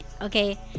okay